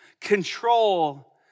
Control